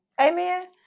Amen